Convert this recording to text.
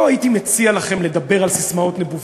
לא הייתי מציע לכם לדבר על ססמאות נבובות.